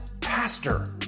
pastor